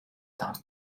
d’un